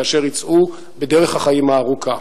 כאשר יצאו בדרך החיים הארוכה.